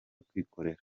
kwikorera